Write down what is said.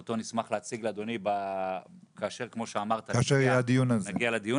שאותו אני אשמח להציג לאדוני כאשר נגיע לדיון הזה.